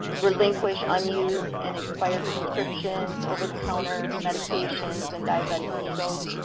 relinquish unused and expired prescriptions, over the counter medications and diabetic needles.